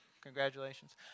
congratulations